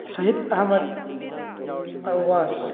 Shahid Ahmad Alwas